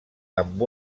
amb